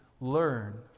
learn